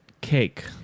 Cake